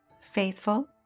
faithful